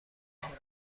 آنجا